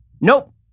Nope